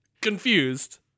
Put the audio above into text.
confused